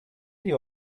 you